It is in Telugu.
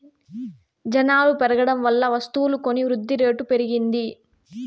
జనాలు పెరగడం వల్ల వస్తువులు కొని వృద్ధిరేటు పెరిగింది